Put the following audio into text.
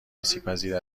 آسیبپذیر